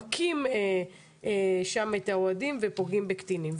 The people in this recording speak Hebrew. מכים שם את האוהדים ופוגעים בקטינים?